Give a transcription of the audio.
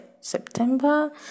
september